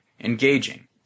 engaging